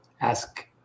ask